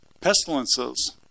Pestilences